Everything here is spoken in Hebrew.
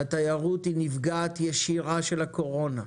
התיירות היא נפגעת ישירה של הקורונה.